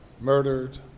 murdered